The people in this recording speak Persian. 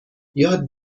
یاد